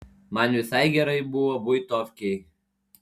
man visai gerai mano buitovkėj